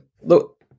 Look